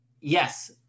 yes